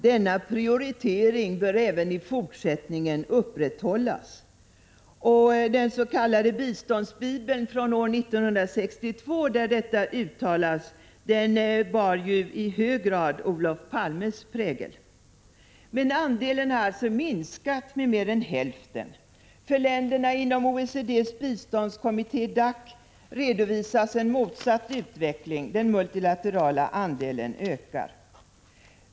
Denna prioritering bör även i fortsättningen upprätthållas.” Den s.k. biståndsbibeln från år 1962, där detta uttalas, bar i hög grad Olof Palmes prägel. Andelen har alltså minskat med mer än hälften. För länderna inom OECD:s biståndskommitté DAC redovisas en motsatt utveckling — den multilaterala andelen ökar.